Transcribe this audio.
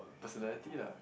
personality lah